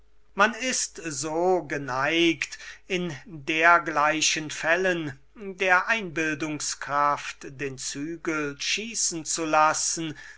man ist so geneigt in solchen fällen der einbildungskraft den zügel schießen zu lassen